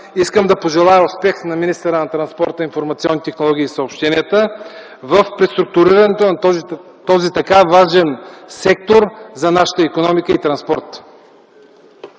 искам да пожелая успех на министъра на транспорта, информационните технологии и съобщенията в преструктурирането на този така важен сектор за нашата икономика и транспорт!